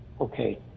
Okay